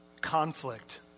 conflict